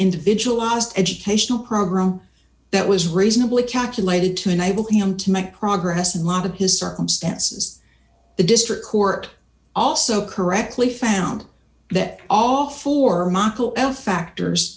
individualized educational program that was reasonably calculated to enable him to make progress in a lot of his circumstances the district court also correctly found that all four model f factors